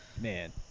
man